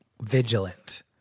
vigilant